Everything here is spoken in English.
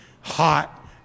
hot